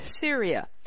Syria